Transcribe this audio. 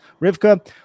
Rivka